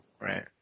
Right